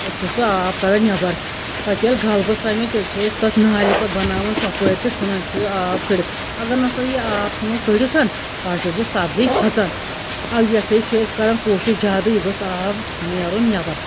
أسۍ چھِ سُہ آب کَڑان نٮ۪بَر پَتہٕ ییٚلہِ گَلبہٕ سَمہِ تیٚلہِ چھِ أسۍ تَتھ نالہِ پَتہٕ بَناوان ژۄپٲرۍ تہٕ ژھٕنان سُہ یہِ آب کٔڑِتھ اَگر نَہ سا یہِ آب ژھٕنو کٔڑِتھ سُہ ہسا چھِ سَبزی ہۄژان یہِ ہسا یہِ چھُ أسۍ کران کوٗشِش زیادٕ یہِ گوٚژھ آب نیرُن نٮ۪بَر